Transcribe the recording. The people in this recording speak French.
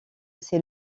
ces